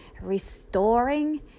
restoring